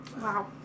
wow